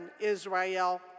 Israel